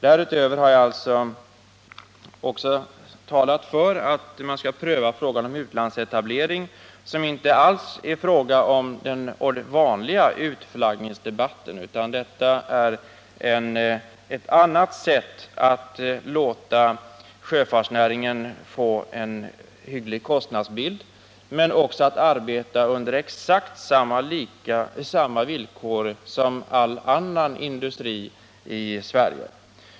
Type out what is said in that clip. Därutöver har jag också talat för att man måste pröva frågan om utlandsetablering, som inte alls handlar om den vanliga utflaggningen utan som är ett annat sätt att låta sjöfartsnäringen få en hygglig kostnadsbild och möjligheter att arbeta under exakt samma villkor som all annan industri i Sverige.